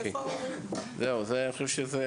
אני חושב שזה